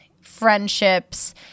friendships